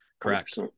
correct